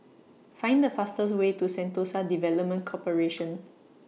Find The fastest Way to Sentosa Development Corporation